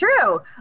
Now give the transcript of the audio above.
true